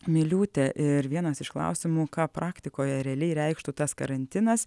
miliūtė ir vienas iš klausimų ką praktikoje realiai reikštų tas karantinas